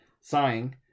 Sighing